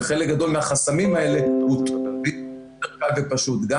וחלק גדול מהחסמים האלה --- פשוט גם